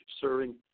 serving